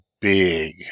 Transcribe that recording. big